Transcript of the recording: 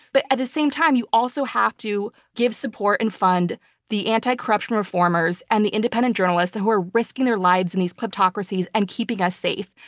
but at the same time, you also have to give support and fund the anti-corruption reformers and the independent journalists who are risking their lives in these kleptocracies and keeping us safe.